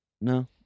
no